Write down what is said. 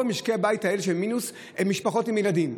משקי הבית עם מינוס הם משפחות עם ילדים.